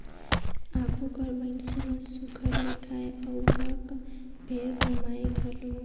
आघु कर मइनसे मन सुग्घर ले खाएं अउ हक भेर कमाएं घलो